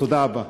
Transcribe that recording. תודה רבה.